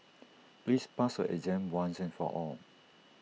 please pass your exam once and for all